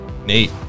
Nate